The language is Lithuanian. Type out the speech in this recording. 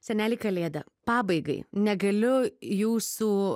seneli kalėda pabaigai negaliu jūsų